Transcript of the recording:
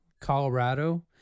Colorado